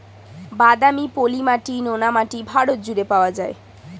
বাদামি, পলি মাটি, নোনা মাটি ভারত জুড়ে পাওয়া যায়